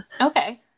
Okay